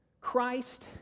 Christ